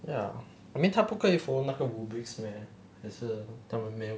ya I mean 他不可以 follow 那个 rubrics meh 还是他们没有